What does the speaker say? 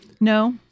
No